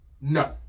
No